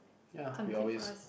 ya we are always